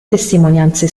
testimonianze